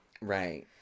Right